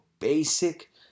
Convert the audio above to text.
basic